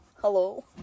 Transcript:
Hello